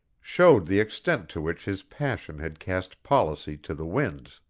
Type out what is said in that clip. showed the extent to which his passion had cast policy to the winds.